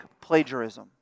plagiarism